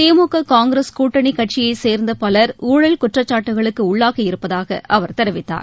திமுக காங்கிரஸ் கூட்டணி கட்சியைச் சேர்ந்த பலர் ஊழல் குற்றச்சாட்டுகளுக்கு உள்ளாகி இருப்பதாக அவர் தெரிவித்தார்